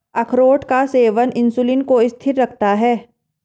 अखरोट का सेवन इंसुलिन को स्थिर रखता है